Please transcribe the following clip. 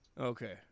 Okay